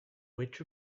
witch